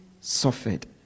suffered